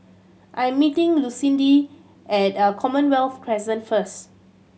I'm meeting Lucindy at Commonwealth Crescent first